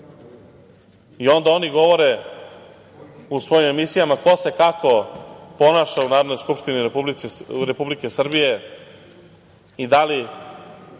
oni govore u svojim emisijama ko se kako ponaša u Narodnoj skupštini Republike Srbije i da li